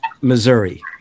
missouri